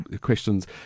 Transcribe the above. questions